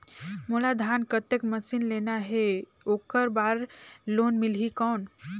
मोला धान कतेक मशीन लेना हे ओकर बार लोन मिलही कौन?